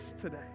today